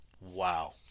Wow